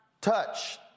touch